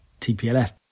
TPLF